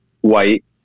white